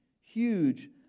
huge